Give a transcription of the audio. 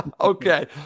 Okay